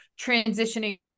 transitioning